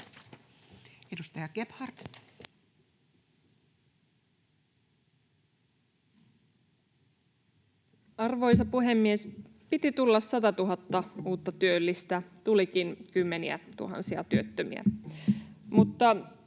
Arvoisa puhemies! Piti tulla satatuhatta uutta työllistä, tulikin kymmeniätuhansia työttömiä.